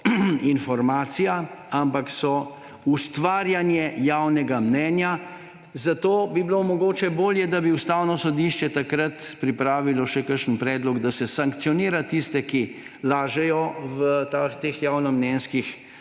informacija, ampak so ustvarjanje javnega mnenja. Zato bi bilo mogoče bolje, da bi Ustavno sodišče takrat pripravilo še kakšen predlog, da se sankcionira tiste, ki lažejo v teh javnomnenjskih